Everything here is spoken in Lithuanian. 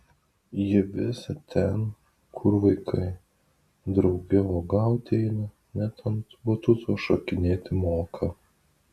ji visad ten kur vaikai drauge uogauti eina net ant batuto šokinėti moka